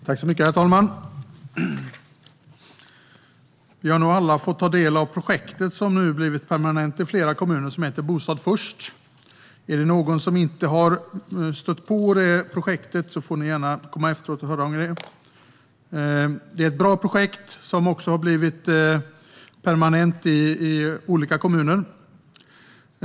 Herr talman! Vi har nog alla fått ta del av information om projektet som nu blivit permanent i flera kommuner och som heter Bostad först. Om någon här inte har stött på projektet får man gärna komma till mig efteråt och höra om det. Det är ett bra projekt som också, som sagt, har blivit permanent i olika kommuner.